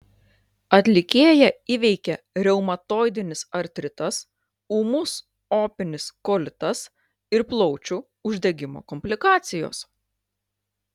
atlikėją įveikė reumatoidinis artritas ūmus opinis kolitas ir plaučių uždegimo komplikacijos